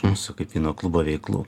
mūsų kaip vyno klubo veiklų